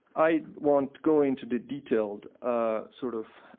i won't go into the detailed, ah sort of,